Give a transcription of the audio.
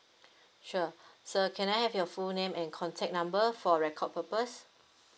sure sir can I have your full name and contact number for record purpose